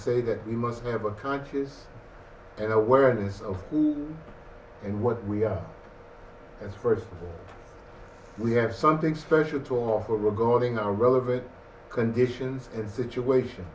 say that we must have a conscious awareness of who and what we are and first we have something special to offer regarding our relevant conditions and situation